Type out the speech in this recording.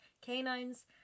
canines